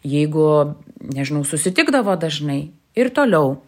jeigu nežinau susitikdavot dažnai ir toliau